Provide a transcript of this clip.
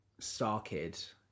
StarKid